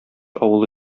авылы